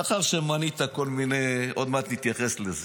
לאחר שמנית כל מיני, עוד מעט נתייחס לזה.